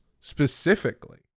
specifically